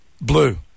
Blue